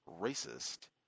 racist